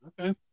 Okay